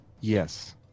Yes